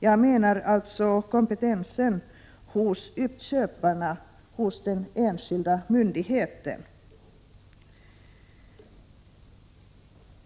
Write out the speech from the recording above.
Jag menar alltså kompetensen hos uppköparna vid den enskilda myndigheten.